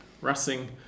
Racing